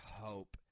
hope